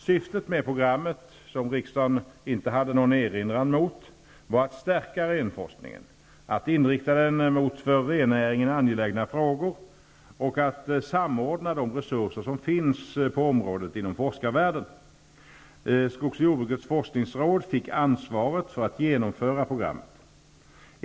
Syftet med programmet, som riksdagen inte hade någon erinran mot, var att stärka renforskningen, att inrikta den mot för rennäringen angelägna frågor och att samordna de resurser som finns på området inom forskarvärlden. Skogs och jordbrukets forskningsråd fick ansvaret för att genomföra programmet.